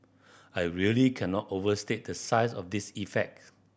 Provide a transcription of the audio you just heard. i really cannot overstate the size of this effect